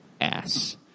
Ass